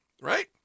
right